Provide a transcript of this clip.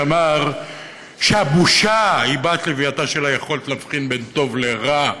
שאמר שהבושה היא בת לווייתה של היכולת להבחין בין טוב לרע.